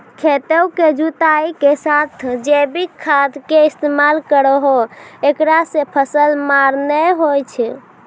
खेतों के जुताई के साथ जैविक खाद के इस्तेमाल करहो ऐकरा से फसल मार नैय होय छै?